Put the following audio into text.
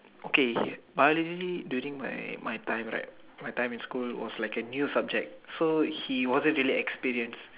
okay but I really during my my time right my time in school was like a new subject so he wasn't really experience